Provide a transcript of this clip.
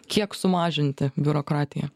kiek sumažinti biurokratiją